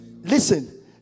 listen